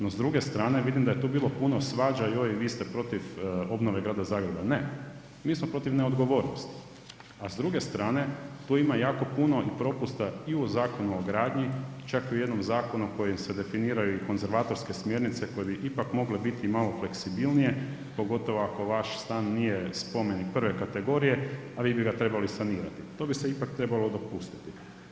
No, s druge strane vidim da je tu bilo puno svađa joj vi ste protiv obnove Grada Zagreba, ne, mi smo protiv neodgovornosti, a s druge strane tu ima jako puno i propusta i u Zakonu o gradnji čak i u jednom zakonu kojim se definiraju i konzervatorske smjernice koje bi ipak mogle biti i malo fleksibilnije pogotovo ako vaš stan nije spomenik prve kategorije, a vi bi ga trebali sanirati, to bi se ipak trebalo dopustiti.